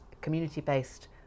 community-based